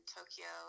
Tokyo